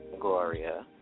Gloria